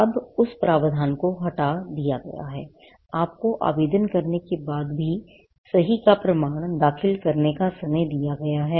अब उस प्रावधान को हटा दिया गया है आपको आवेदन करने के बाद भी सही का प्रमाण दाखिल करने का समय दिया जाता है